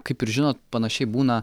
kaip ir žinot panašiai būna